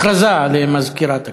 הכרזה למזכירת הכנסת.